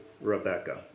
Rebecca